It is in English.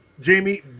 jamie